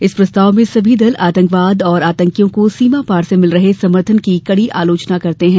इस प्रस्ताव में सभी दल आतंकवाद और आतंकियों को सीमा पार से मिल रहे समर्थन की कड़ी आलोचना करते हैं